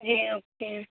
جی okay